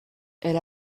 elle